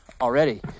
already